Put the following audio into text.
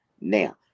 Now